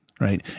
right